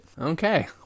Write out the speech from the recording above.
Okay